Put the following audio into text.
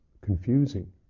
Confusing